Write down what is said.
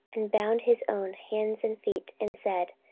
and bound his own hands and feet, and said,